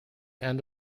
end